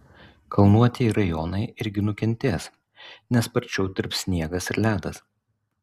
kalnuotieji rajonai irgi nukentės nes sparčiau tirps sniegas ir ledas